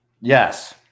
Yes